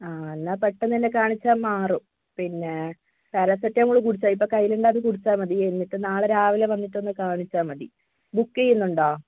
ആ എന്നാൽ പെട്ടെന്ന് തന്നെ കാണിച്ചാൽ മാറും പിന്നെ പാരസെറ്റാമോൾ കുടിച്ചാൽ മതി ഇപ്പോൾ കൈയിൽ ഉള്ളത് കുടിച്ചാൽ മതി എന്നിട്ട് നാളെ രാവിലെ വന്നിട്ട് ഒന്ന് കാണിച്ചാൽ മതി ബുക്ക് ചെയ്യുന്നുണ്ടോ